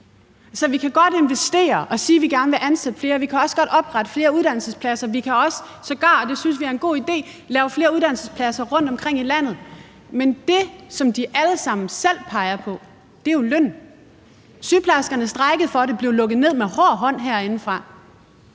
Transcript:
Så vi kan godt investere og sige, at vi godt vil ansætte flere, og vi kan også godt oprette flere uddannelsespladser. Vi kan sågar også – og det synes vi er en god idé – lave flere uddannelsespladser rundtomkring i landet, men det, som de alle sammen selv peger på, er jo lønnen. Sygeplejerskerne strejkede for en bedre løn og blev lukket ned med hård hånd herindefra.